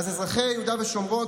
אזרחי יהודה ושומרון,